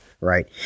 right